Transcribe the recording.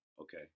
Okay